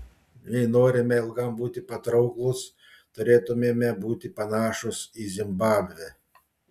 jei norime ilgam būti patrauklūs turėtumėme būti panašūs į zimbabvę